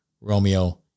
Romeo